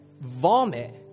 vomit